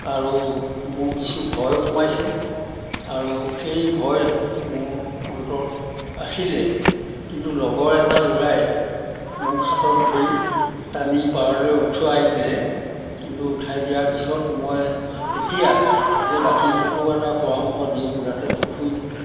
আৰু মোৰ কিছু ভয় সোমাইছিল আৰু সেই ভয় মোৰ অন্তৰত আছিলে কিন্তু লগৰ এটা ল'ৰাই মোক হাতত ধৰি টানি পাৰলৈ উঠোৱাই দিলে কিন্তু উঠাই দিয়াৰ পিছত মই তেতিয়া যে বাকীবোৰকো এটা পৰামৰ্শ দিওঁ যাতে পুখুৰীত